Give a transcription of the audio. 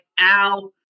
ow